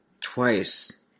Twice